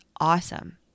awesome